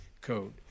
code